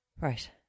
Right